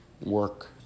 work